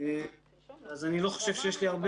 מישהו מחברי